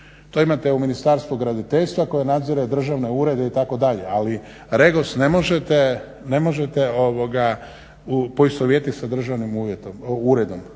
To imate u Ministarstvu graditeljstva koje nadzire državne urede itd., ali REGOS ne možete poistovjetit sa državnim uredom,